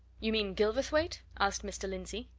you mean gilverthwaite? asked mr. lindsey.